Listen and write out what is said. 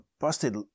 busted